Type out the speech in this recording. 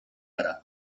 gara